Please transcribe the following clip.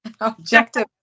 objective